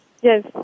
Yes